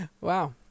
Wow